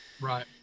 Right